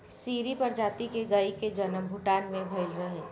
सीरी प्रजाति के गाई के जनम भूटान में भइल रहे